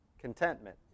contentment